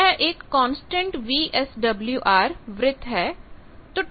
यह एक constant VSWR वृत्त है